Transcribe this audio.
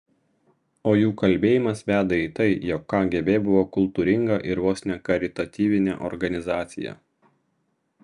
o jų kalbėjimas veda į tai jog kgb buvo kultūringa ir vos ne karitatyvinė organizacija